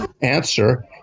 Answer